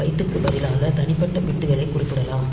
பைட்டுக்கு பதிலாக தனிப்பட்ட பிட்களைக் குறிப்பிடலாம்